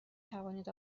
توانید